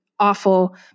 awful